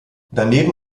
daneben